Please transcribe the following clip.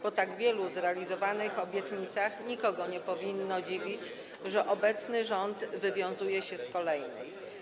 Po tak wielu zrealizowanych obietnicach nikogo nie powinno dziwić, że obecny rząd wywiązuje się z kolejnej.